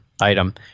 item